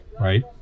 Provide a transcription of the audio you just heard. right